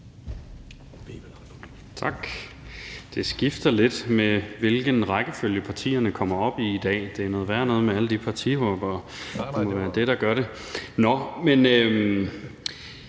Tak. Det skifter lidt med, hvilken rækkefølge partierne kommer op i i dag. Det er noget værre noget med alle de partihoppere. Det må være det, der gør det. Først